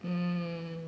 mm